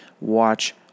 watch